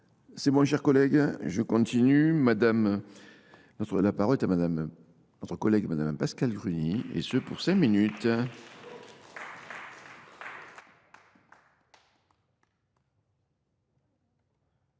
C'est bon chers collègues, je continue. La parole est à madame Pascal Gruny et ce pour cinq minutes.